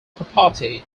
property